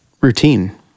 routine